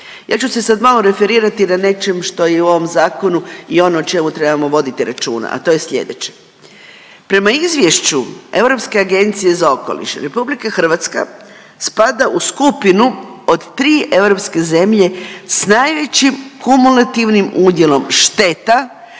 Ja ću se sad malo referirati na nečem što je u ovom zakonu i ono o čemu trebamo voditi računa, a to je slijedeće. Prema izvješću Europske agencije za okoliš RH spada u skupinu od 3 europske zemlje s najvećim kumulativnim udjelom šteta